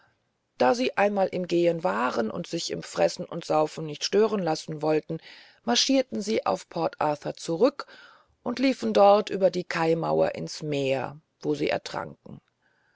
da sie einmal im gehen waren und sich im fressen und saufen nicht stören lassen wollten marschierten sie auf port arthur zurück und liefen dort über die kaimauern ins meer wo sie ertranken